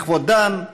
בכבודן,